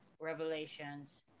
revelations